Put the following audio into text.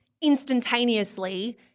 instantaneously